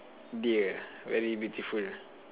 dear very beautiful